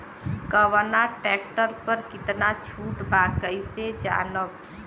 कवना ट्रेक्टर पर कितना छूट बा कैसे जानब?